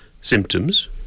symptoms